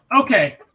Okay